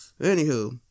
Anywho